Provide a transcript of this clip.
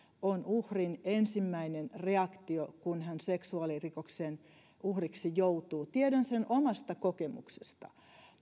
on uhrin ensimmäinen reaktio kun hän seksuaalirikoksen uhriksi joutuu tiedän sen omasta kokemuksesta